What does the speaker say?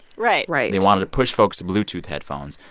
right right they wanted to push folks to bluetooth headphones.